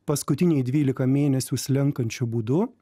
paskutiniui dvylika mėnesių slenkančiu būdu